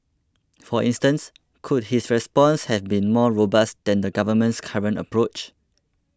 for instance could his response have been more robust than the government's current approach